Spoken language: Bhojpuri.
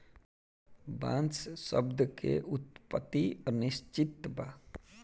बांस शब्द के उत्पति अनिश्चित बा